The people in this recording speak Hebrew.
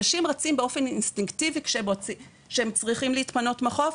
אנשים רצים באופן אינסטינקטיבי כשהם צריכים להתפנות מהחוף